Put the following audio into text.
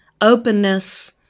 openness